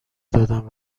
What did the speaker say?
دادم